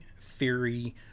theory